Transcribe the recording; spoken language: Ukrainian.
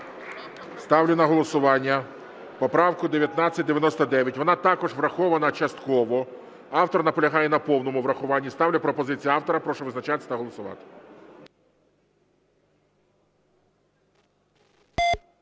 Ставлю на голосування поправку 1999. Вона також врахована частково. Автор наполягає на повному врахуванні. Ставлю пропозицію автора. Прошу визначатись та голосувати.